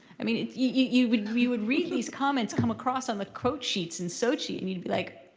i mean you would you would read these comments come across on the quote sheets in sochi and you'd be like,